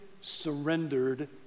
surrendered